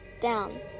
down